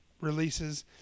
releases